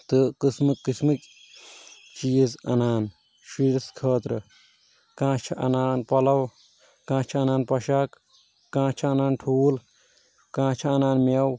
تہٕ قسمہٕ قسمٕکۍ چیٖز انان شُرِس خٲطرٕ کانٛہہ چھُ انان پلو کانٛہہ چھُ انان پۄشاک کانٛہہ چھُ انان ٹھوٗل کانٛہہ چھُ انان میٚوٕ